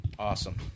Awesome